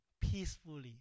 peacefully